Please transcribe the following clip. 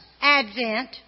Advent